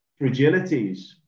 fragilities